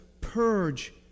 purge